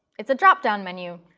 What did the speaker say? it's a drop-down menu.